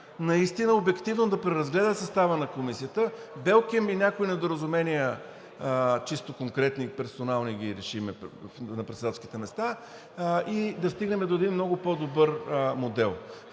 наистина обективно да преразгледа състава на комисиите, белким и някои недоразумения, чисто конкретни, персонални, ги решим за председателските места, и да стигнем до един много по-добър модел.